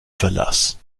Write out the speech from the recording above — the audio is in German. verlass